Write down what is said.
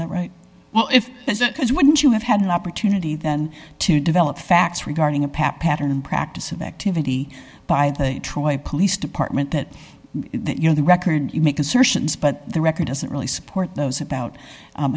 that right well if wouldn't you have had an opportunity then to develop facts regarding a pap pattern practice of activity by the troy police department that you know the record you make assertions but the record doesn't really support those about